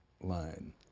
line